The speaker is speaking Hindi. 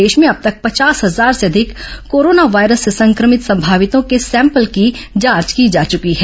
प्रदेश में अब तक पचास हजार से अधिक कोरोना वायरस से संक्रमित संभावितों के सैंपल की जांच की जा चुकी है